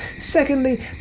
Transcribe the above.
Secondly